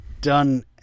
done